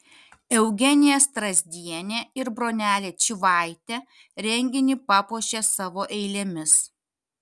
eugenija strazdienė ir bronelė čyvaitė renginį papuošė savo eilėmis